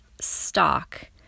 stock